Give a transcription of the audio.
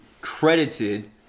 credited